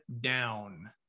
down